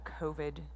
COVID